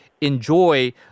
enjoy